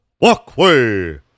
walkway